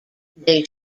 they